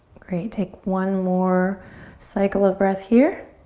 great, take one more cycle of breath here.